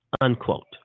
unquote